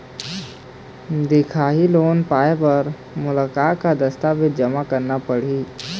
दिखाही लोन पाए बर मोला का का दस्तावेज जमा करना पड़ही?